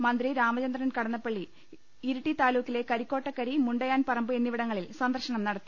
മന്ത്രി രാമചന്ദ്രൻ കടന്നപ്പള്ളി ഇരിട്ടി താലൂക്കിലെ Karikkottakkari Mundayanparamba എന്നിവിടങ്ങളിൽ സന്ദർശനം നടത്തി